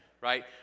right